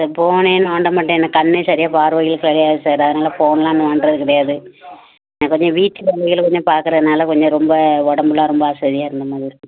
போனே நோண்ட மாட்டேன் எனக்கு கண்ணே சரியாக பார்வைகள் கிடையாது சார் அதனால் ஃபோன்லாம் நோண்டுறது கிடையாது எனக்கு வந்து வீட்டில் வேலை கொஞ்சம் பாக்குறதுனால கொஞ்சம் ரொம்ப உடம்புலாம் ரொம்ப அசதியாக இருந்தமாதிரி இருக்குதுங்க சார்